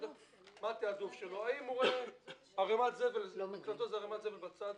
אם הוא רואה ערימת זבל - מבחינתו זה ערימת זבל בצד?